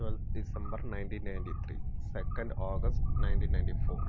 twelfth December nineteen ninety three second August nineteen ninety four